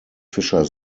fischer